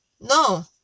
no